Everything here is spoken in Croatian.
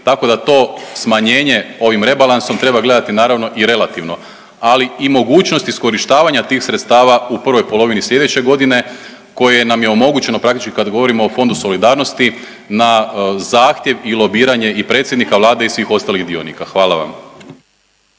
tako da to smanjenje ovim rebalansom treba gledati naravno i relativno. Ali i mogućnost iskorištavanja tih sredstava u prvoj polovini slijedeće godine koje nam je omogućeno praktički kad govorimo o Fondu solidarnosti na zahtjev i lobiranje i predsjednika vlade i svih ostalih dionika. Hvala vam.